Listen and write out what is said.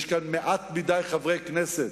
יש כאן מעט מדי חברי כנסת,